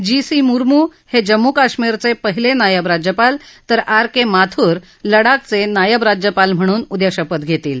GC Murmu हे जम्मू कश्मीरचे पहिले नायब राज्यपाल तर आर के माथूर लडाखचे नायब राज्यपाल म्हणून उद्या शपथ घेतील